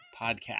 podcast